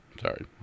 Sorry